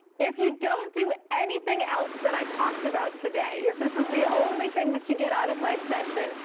if you don't do anything else that i talked about today, if this is the only thing that you get out of my session,